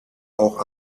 auch